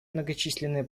многочисленные